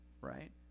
right